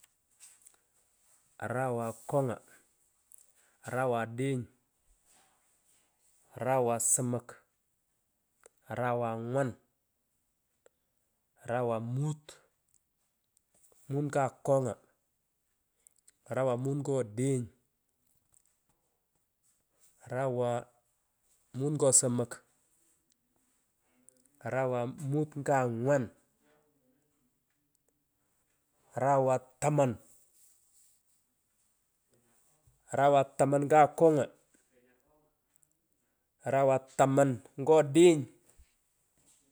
Arawa akonga arawa deny arawa somok arawa angwan arawa mut mut nga akonga arawa mut nga odeny arawa aah mut ngo somok arawa mut nga angwan arawa taman arawa taman ngoa akonga arawa taman ngo odeny.